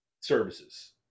services